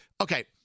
Okay